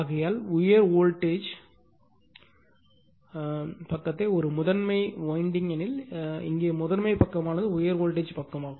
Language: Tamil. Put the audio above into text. ஆகையால் உயர் வோல்டேஜ் பக்கத்தை ஒரு முதன்மை வைண்டிங் எனில் இங்கே முதன்மை பக்கமானது உயர் வோல்டேஜ் பக்கமாகும்